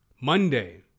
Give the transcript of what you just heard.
Monday